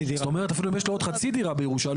אפילו אם יש לו חצי דירה בירושה,